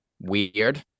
Weird